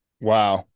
Wow